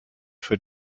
für